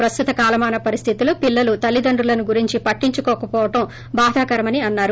ప్రస్తుత కాలమాన పరిస్హితులలో పిల్లలు తల్లిదండ్రుల గురించి పట్లించుకోకపోవడం బాధాకరమని అన్నారు